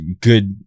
good